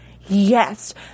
yes